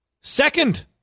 second